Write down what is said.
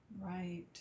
right